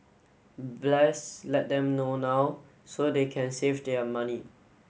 let them know now so they can save their money